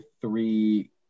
three